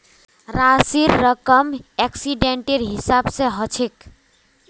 राशिर रकम एक्सीडेंटेर हिसाबे हछेक